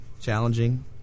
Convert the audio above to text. Challenging